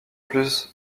plus